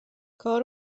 کار